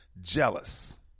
jealous